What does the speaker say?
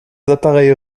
appareils